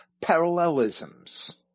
parallelisms